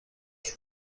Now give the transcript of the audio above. que